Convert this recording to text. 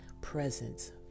presence